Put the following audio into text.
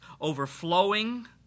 overflowing